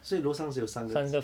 所以楼上是有三个